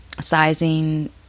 sizing